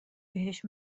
بهش